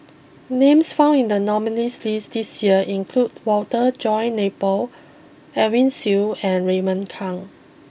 names found in the nominees' list this year include Walter John Napier Edwin Siew and Raymond Kang